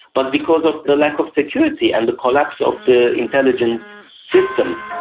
but because of the lack of security and the collapse of the intelligence system.